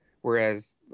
Whereas